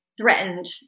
threatened